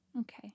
Okay